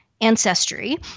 ancestry